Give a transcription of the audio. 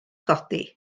godi